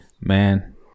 Man